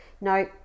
Now